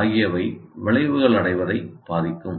ஆகியவை விளைவுகளை அடைவதை பாதிக்கும்